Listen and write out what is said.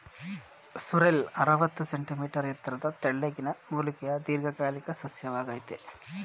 sorrel ಅರವತ್ತು centimetre ಎತ್ತರದ ತೆಳ್ಳಗಿನ ಮೂಲಿಕೆಯ ದೀರ್ಘಕಾಲಿಕ ಸಸ್ಯವಾಗಯ್ತೆ